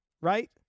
right